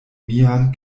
mian